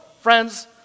friends